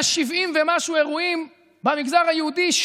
170 ומשהו אירועים במגזר היהודים,